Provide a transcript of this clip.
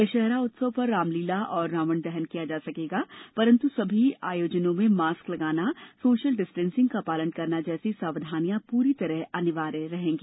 दशहरा उत्सव पर रामलीला एवं रावण दहन किया जा सकेगा परंतु सभी आयोजनों में मास्क लगाना सोशल डिस्टेंसिंग का पालन करना जैसी सावधानियां पूरी तरह अनिवार्य रहेंगी